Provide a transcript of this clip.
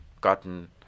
gotten